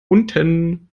unten